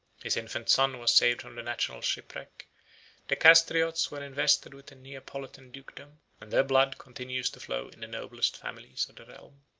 his infant son was saved from the national shipwreck the castriots were invested with a neapolitan dukedom, and their blood continues to flow in the noblest families of the realm.